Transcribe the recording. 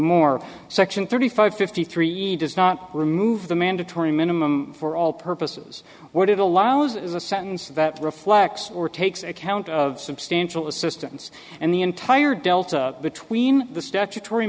more section thirty five fifty three does not remove the mandatory minimum for all purposes or to the law it was a sentence that reflects or takes account of substantial assistance and the entire delta between the statutory